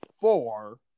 four